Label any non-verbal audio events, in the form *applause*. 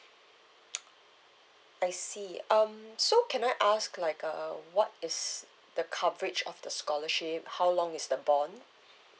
*noise* I see um so can I ask like uh what is the coverage of the scholarship how long is the bond